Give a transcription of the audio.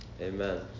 amen